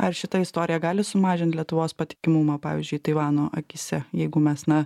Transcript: ar šita istorija gali sumažint lietuvos patikimumą pavyzdžiui taivano akyse jeigu mes na